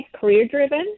career-driven